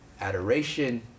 adoration